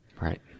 Right